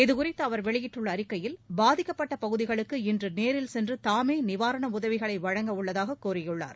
இதுகுறித்து அவர் வெளியிட்டுள்ள அறிக்கையில் பாதிக்கப்பட்ட பகுதிகளுக்கு இன்று நேரில் சென்று தாமே நிவாரண உதவிகளை வழங்க உள்ளதாக கூறியுள்ளார்